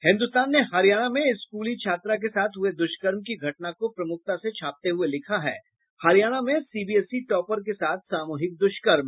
हिन्दुस्तान ने हरियाणा में स्कूली छात्रा के साथ हुये द्रष्कर्म की घटना को प्रमुखता से छापते हुये लिखा है हरियाणा में सीबीएसई टॉपर के साथ सामूहिक दुष्कर्म